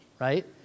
right